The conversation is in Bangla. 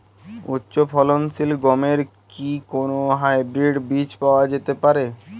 উচ্চ ফলনশীল গমের কি কোন হাইব্রীড বীজ পাওয়া যেতে পারে?